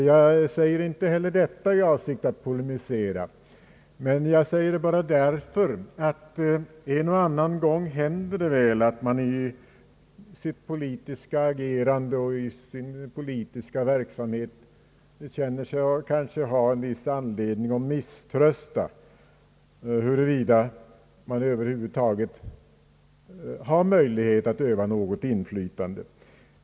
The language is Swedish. Jag säger inte heller detta i avsikt att polemisera, utan bara därför all det en och annan gång händer att man i sitt politiska agerande och i sin verksamhet känner sig ha en viss anledning till misströstan huruvida det över huvud taget finns möjlighet att utöva något inflytande.